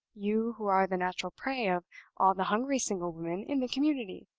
you, who are the natural prey of all the hungry single women in the community!